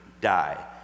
die